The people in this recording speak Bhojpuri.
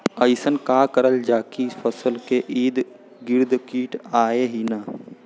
अइसन का करल जाकि फसलों के ईद गिर्द कीट आएं ही न?